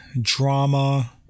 drama